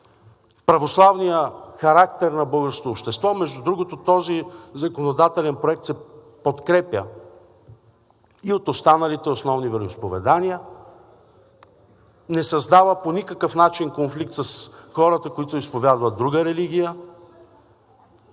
православния характер на българското общество. Между другото, този законодателен проект се подкрепя и от останалите основни вероизповедения. Не създава по никакъв начин конфликт с хората, които изповядват друга религия,